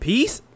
Peace